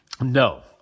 No